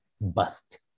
bust